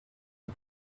her